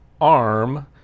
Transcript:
ARM